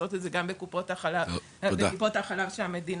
לעשות את זה גם בקופות החלב של המדינה.